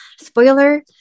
spoiler